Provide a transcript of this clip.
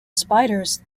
spiders